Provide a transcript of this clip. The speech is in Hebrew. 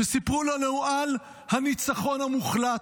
שסיפרו לנו על הניצחון המוחלט.